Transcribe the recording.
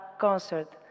concert